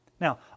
Now